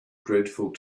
dreadful